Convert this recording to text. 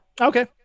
Okay